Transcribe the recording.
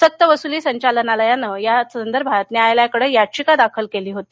सक्तवसुली संचालनालयानं या संदर्भात न्यायालयाकडे याचिका दाखल केली होती